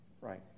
Right